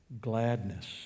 gladness